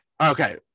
okay